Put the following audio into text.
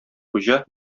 хуҗа